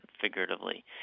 figuratively